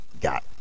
got